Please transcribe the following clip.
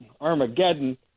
Armageddon